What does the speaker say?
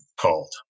called